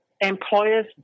employers